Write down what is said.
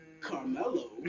Carmelo